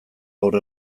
gaur